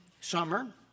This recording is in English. summer